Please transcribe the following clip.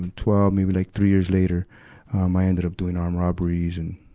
and twelve, maybe like three years later i ended up doing armed robberies and,